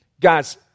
Guys